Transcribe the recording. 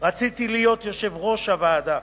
רציתי להיות יושב-ראש הוועדה.